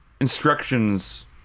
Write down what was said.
instructions